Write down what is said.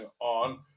on